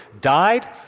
died